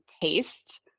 taste